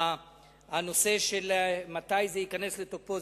הנושא של מתי זה ייכנס לתוקפו,